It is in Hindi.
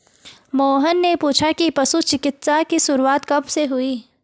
मोहन ने पूछा कि पशु चिकित्सा की शुरूआत कब से हुई?